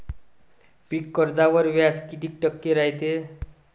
पीक कर्जावर व्याज किती टक्के रायते?